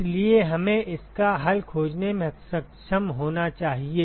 इसलिए हमें इसका हल खोजने में सक्षम होना चाहिए